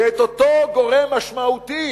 ואת אותו גורם משמעותי